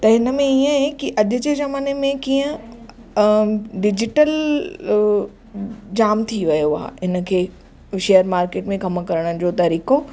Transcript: त हिन में ईअं आहे की अॼ जे ज़माने में कीअं डिजीटल जाम थी वियो आहे इन खे शेयर मार्केट में कमु करण जो तरीक़ो